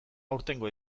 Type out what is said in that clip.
aurtengo